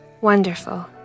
Wonderful